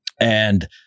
And-